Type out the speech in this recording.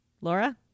Laura